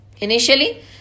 Initially